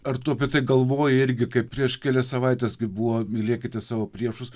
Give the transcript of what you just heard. ar tu apie tai galvoji irgi kai prieš kelias savaites kai buvo mylėkite savo priešus